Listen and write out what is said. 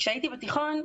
כשהייתי בתיכון,